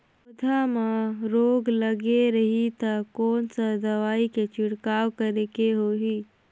पौध मां रोग लगे रही ता कोन सा दवाई के छिड़काव करेके होही?